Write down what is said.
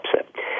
upset